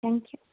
thank you